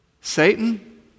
Satan